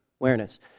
awareness